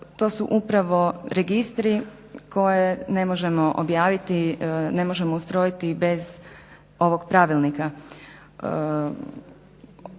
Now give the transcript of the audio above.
to su upravo registri koje ne možemo objaviti, ne možemo ustrojiti bez ovog pravilnika.